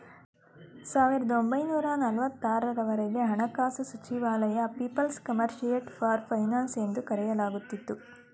ಸಾವಿರದ ಒಂಬೈನೂರ ನಲವತ್ತು ಆರು ವರೆಗೆ ಹಣಕಾಸು ಸಚಿವಾಲಯ ಪೀಪಲ್ಸ್ ಕಮಿಷರಿಯಟ್ ಫಾರ್ ಫೈನಾನ್ಸ್ ಎಂದು ಕರೆಯಲಾಗುತ್ತಿತ್ತು